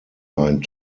line